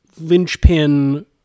linchpin